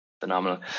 phenomenal